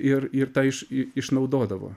ir ir tą iš išnaudodavo